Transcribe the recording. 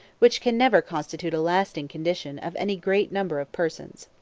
which can never constitute a lasting condition of any great number of persons.